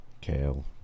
Kale